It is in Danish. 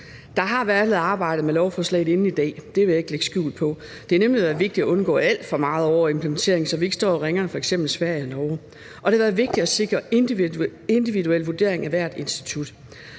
Der har været lidt arbejde med lovforslaget inden i dag – det vil jeg ikke lægge skjul på. Det har nemlig været vigtigt at undgå alt for meget overimplementering, så vi ikke står ringere end f.eks. Sverige og Norge, og det har været vigtigt at sikre individuel vurdering af hvert institut.